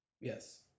Yes